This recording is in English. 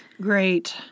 great